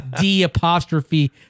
D-apostrophe